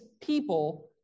people